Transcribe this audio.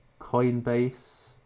Coinbase